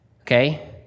okay